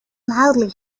loudly